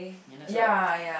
ya that's what